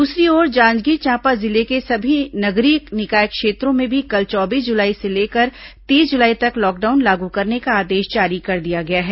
दूसरी ओर जांजगीर चांपा जिले के सभी नगरीय निकाय क्षेत्रों में भी कल चौबीस जुलाई से लेकर तीस जुलाई तक लॉकडाउन लागू करने का आदेश जारी कर दिया गया है